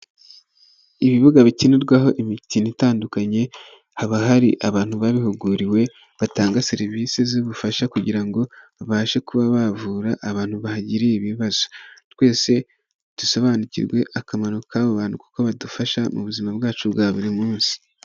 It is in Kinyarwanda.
Ibibuga bikinirwaho imikino itandukanye, haba hari abantu babihuguriwe batanga serivisi z'ubufasha, kugira ngo babashe kuba bavura abantu bahagiriye ibibazo. Twese dusobanukirwe akamaro k'abo bantu, kuko badufasha mu buzima bwacu bwa buri munsi.